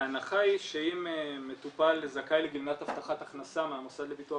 ההנחה היא שאם מטופל זכאי לגמלת הבטחת הכנסה מהמוסד לביטוח